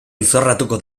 izorratuko